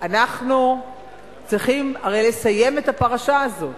אנחנו צריכים הרי לסיים את הפרשה הזאת.